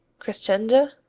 crescenza,